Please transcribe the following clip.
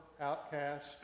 outcast